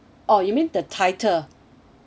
oh you mean the title